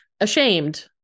Ashamed